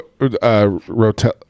Rotel